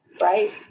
right